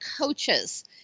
coaches